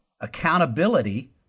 accountability